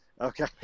Okay